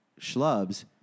schlubs